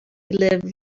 live